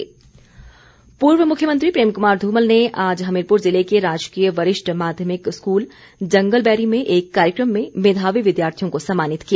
धूमल पूर्व मुख्यमंत्री प्रेम कुमार धूमल ने आज हमीरपुर ज़िले के राजकीय वरिष्ठ माध्यमिक स्कूल जंगलबैरी में एक कार्यक्रम में मेघावी विद्यार्थियों को सम्मानित किया